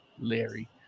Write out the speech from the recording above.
Larry